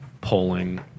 polling